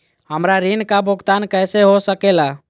हमरा ऋण का भुगतान कैसे हो सके ला?